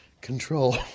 control